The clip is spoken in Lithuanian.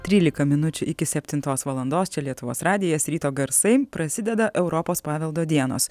trylika minučių iki septintos valandos čia lietuvos radijas ryto garsai prasideda europos paveldo dienos